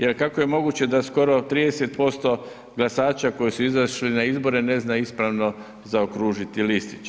Jer kako je moguće da skoro 30% glasaća koji su izašli na izbore ne zna ispravno zaokružiti listić.